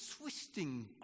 twisting